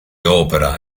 opera